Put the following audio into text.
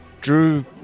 drew